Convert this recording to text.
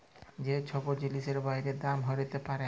যে ছব জিলিসের বাইড়ে দাম হ্যইতে পারে